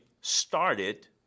started